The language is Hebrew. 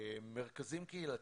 מרכזים קהילתיים.